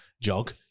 Jog